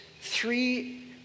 three